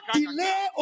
delay